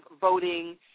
voting